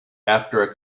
after